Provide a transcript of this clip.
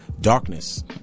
Darkness